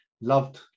loved